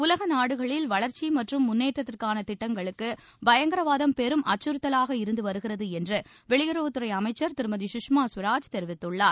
உலக நாடுகளிள் வளர்ச்சி மற்றும் முன்னேற்றத்திற்கான திட்டங்களுக்கு பயங்கரவாதம் பெரும் அச்சுறுத்தலாக இருந்து வருகிறது என்று வெளியுறவுத்துறை அமைச்சர் திருமதி சுஷ்மா ஸ்வராஜ் தெரிவித்துள்ளார்